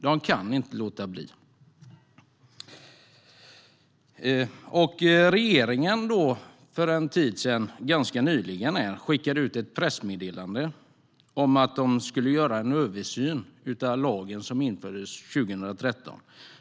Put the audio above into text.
De kan inte låta bli att kolla. Nyligen skickade regeringen ut ett pressmeddelande om att man skulle göra en översyn av den lag som infördes 2013.